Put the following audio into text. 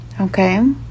Okay